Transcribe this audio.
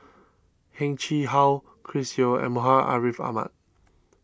Heng Chee How Chris Yeo and Muhammad Ariff Ahmad